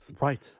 Right